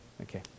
Okay